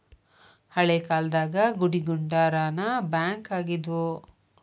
ಹಳೇ ಕಾಲ್ದಾಗ ಗುಡಿಗುಂಡಾರಾನ ಬ್ಯಾಂಕ್ ಆಗಿದ್ವು